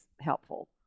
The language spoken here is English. helpful